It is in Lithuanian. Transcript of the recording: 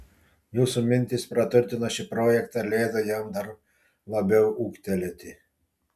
jūsų mintys praturtino šį projektą ir leido jam dar labiau ūgtelėti